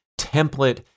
template